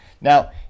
Now